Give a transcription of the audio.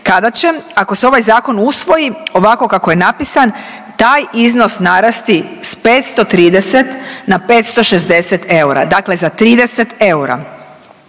kada će ako se ovaj zakon usvoji ovako kako je napisan taj iznos narasti s 530 na 560 eura, dakle za 30 eura.